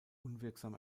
unwirksam